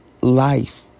life